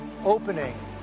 opening